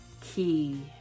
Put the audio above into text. key